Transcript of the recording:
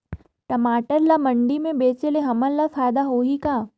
टमाटर ला मंडी मे बेचे से हमन ला फायदा होही का?